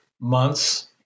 months